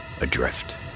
adrift